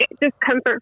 discomfort